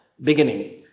beginning